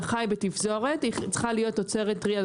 החי בתפזורת היא צריכה להיות תוצרת טרייה.